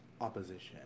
opposition